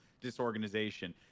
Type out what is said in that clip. disorganization